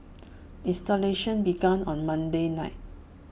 installations began on Monday night